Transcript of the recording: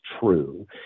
true